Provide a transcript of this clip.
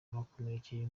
bakomerekeye